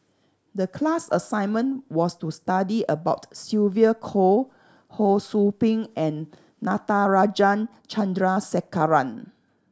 the class assignment was to study about Sylvia Kho Ho Sou Ping and Natarajan Chandrasekaran